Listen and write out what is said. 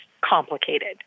complicated